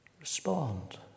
Respond